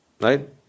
right